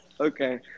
Okay